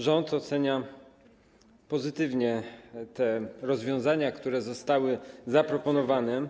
Rząd ocenia pozytywnie rozwiązania, które zostały zaproponowane.